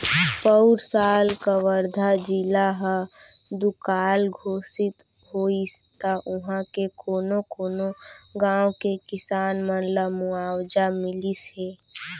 पउर साल कवर्धा जिला ह दुकाल घोसित होइस त उहॉं के कोनो कोनो गॉंव के किसान मन ल मुवावजा मिलिस हे